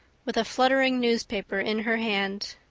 with a fluttering newspaper in her hand.